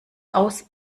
aus